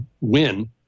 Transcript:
Win